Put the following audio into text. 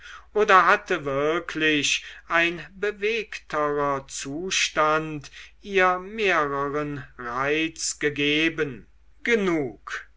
oder hatte wirklich ein bewegterer zustand ihr mehreren reiz gegeben genug